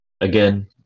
Again